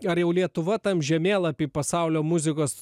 ar jau lietuva tam žemėlapy pasaulio muzikos